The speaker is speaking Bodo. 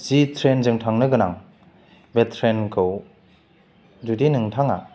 जि ट्रेनजों थांनो गोनां बे ट्रेनखौ जुदि नोंथाङा